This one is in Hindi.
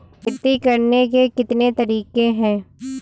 खेती करने के कितने तरीके हैं?